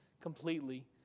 completely